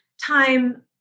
time